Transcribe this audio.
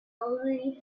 already